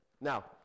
now